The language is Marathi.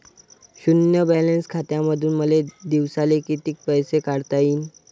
शुन्य बॅलन्स खात्यामंधून मले दिवसाले कितीक पैसे काढता येईन?